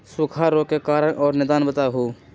सूखा रोग के कारण और निदान बताऊ?